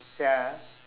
ya